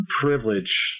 privilege